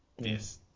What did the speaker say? Yes